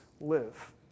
live